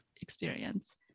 experience